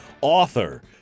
author